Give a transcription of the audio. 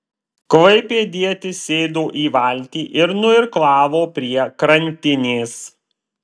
klaipėdietis sėdo į valtį ir nuirklavo prie krantinės